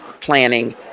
planning